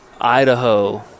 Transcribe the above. idaho